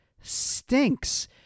stinks